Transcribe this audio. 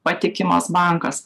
patikimas bankas